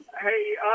Hey